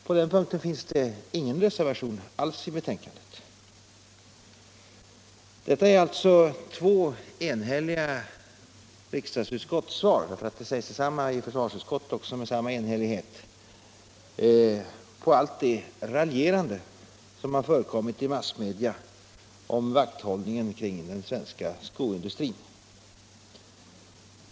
På den punkten finns det ingen reservation alls i betänkandet. Detta är alltså två enhälliga riksdagsutskotts svar — detsamma sägs nämligen också i försvarsutskottet med samma enhällighet — på allt det raljerande som har förekommit i massmedia om vakthållningen kring den svenska skoindustrin.